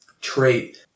trait